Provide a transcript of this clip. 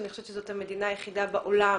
אני חושבת שזאת המדינה היחידה בעולם